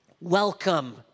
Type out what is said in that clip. welcome